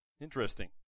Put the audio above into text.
Interesting